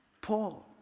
Paul